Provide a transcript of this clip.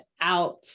out